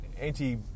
anti